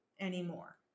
anymore